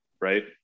right